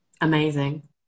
Amazing